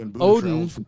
Odin